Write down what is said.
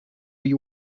you